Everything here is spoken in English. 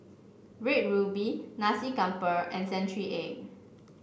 Red Ruby Nasi Campur and Century Egg